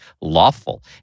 lawful